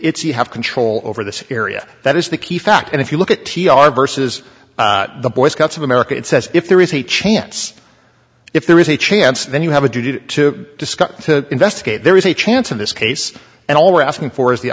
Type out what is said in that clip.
it's you have control over the area that is the key factor and if you look at t r versus the boy scouts of america it says if there is a chance if there is a chance then you have a duty to discuss to investigate there is a chance in this case and all we're asking for is the